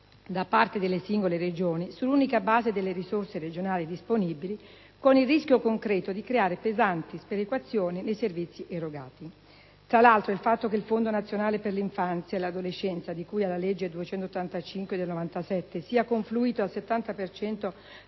da parte delle singole Regioni sull'unica base delle risorse regionali disponibili, con il rischio concreto di creare pesanti sperequazioni nei servizi erogati. Tra l'altro, il fatto che il Fondo nazionale per l'infanzia e l'adolescenza di cui alla legge n. 285 del 1997, sia confluito al 70